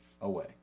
away